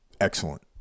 Excellent